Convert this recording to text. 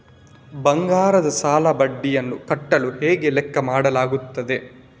ಬಂಗಾರದ ಸಾಲದ ಬಡ್ಡಿಯನ್ನು ಕಟ್ಟಲು ಹೇಗೆ ಲೆಕ್ಕ ಮಾಡಲಾಗುತ್ತದೆ?